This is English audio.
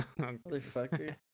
Motherfucker